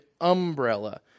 umbrella